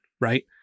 right